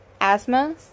asthma